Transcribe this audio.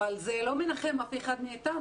אבל זה לא מנחם אף אחד מאיתנו,